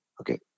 Okay